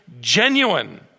genuine